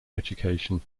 education